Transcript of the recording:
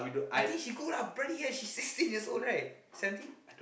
I think she good lah bloody hell she's sixteen years old right seventeen